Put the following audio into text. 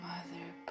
Mother